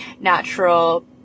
natural